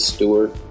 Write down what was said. Stewart